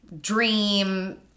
dream